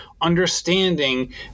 understanding